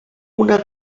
una